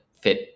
fit